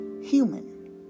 human